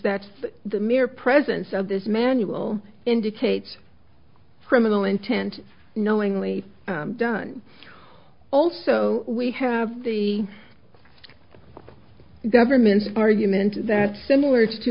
that's the mere presence of this manual indicates criminal intent knowingly done also we have the government's argument that similar to